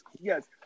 yes